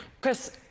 Chris